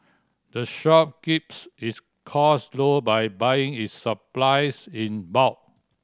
the shop keeps its cost low by buying its supplies in bulk